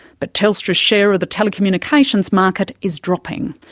but telstra's share of the telecommunications market is dropping.